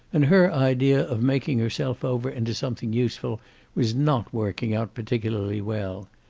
and her idea of making herself over into something useful was not working out particularly well.